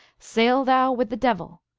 sail thou with the devil!